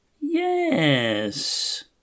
Yes